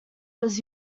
was